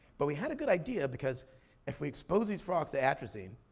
but we had a good idea, because if we exposed these frogs to atrazine,